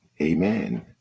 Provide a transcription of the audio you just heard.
Amen